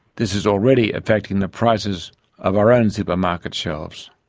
this is already affecting the prices of our own supermarket shelves.